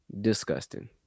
Disgusting